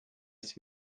ist